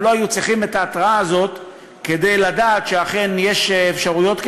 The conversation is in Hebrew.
הם לא היו צריכים את ההתרעה הזאת כדי לדעת שאכן יש אפשרויות כאלה.